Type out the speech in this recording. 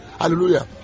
hallelujah